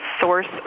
source